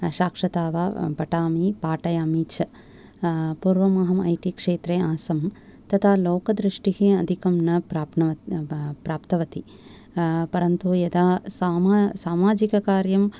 साक्षात् वा पठामि पाठयामि च पूर्वम् अहम् ऐ टी क्षेत्रे आसं तदा लोकदृष्टिः अधिकं न प्राप्नो प्राप्तवती परन्तु यदा सामा सामाजिककार्यम्